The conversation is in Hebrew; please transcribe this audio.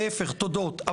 להפך תודות.